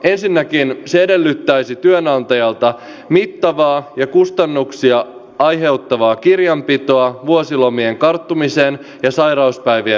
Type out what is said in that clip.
ensinnäkin se edellyttäisi työnantajalta mittavaa ja kustannuksia aiheuttavaa kirjanpitoa vuosilomien karttumisen ja sairauspäivien osalta